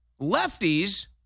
lefties